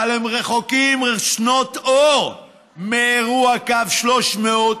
אבל הם רחוקים שנות אור מאירוע קו 300,